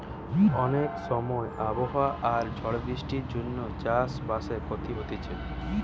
অনেক সময় আবহাওয়া আর ঝড় বৃষ্টির জন্যে চাষ বাসে ক্ষতি হতিছে